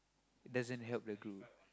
doesn't help the group